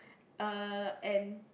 uh and